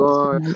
God